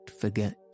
forget